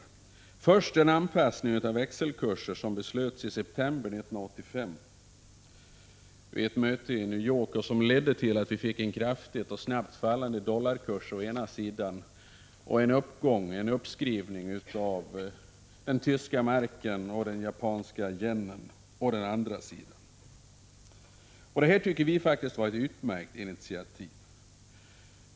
Den första delen består av den anpassning av växelkurser som man fattade beslut om i september 1985 vid ett möte i New York och som ledde till att vi fick en kraftigt och snabbt fallande dollarkurs och en uppskrivning av den tyska marken och den japanska yenen. Detta tycker vi var ett utmärkt initiativ.